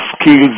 skills